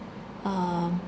um